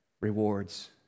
rewards